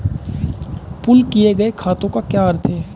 Pool किए गए खातों का क्या अर्थ है?